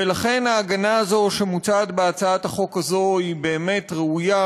ולכן ההגנה הזו שמוצעת בהצעת החוק הזו היא באמת ראויה,